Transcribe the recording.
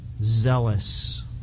zealous